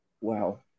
wow